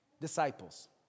disciples